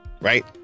right